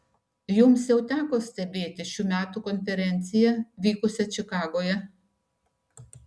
jums jau teko stebėti šių metų konferenciją vykusią čikagoje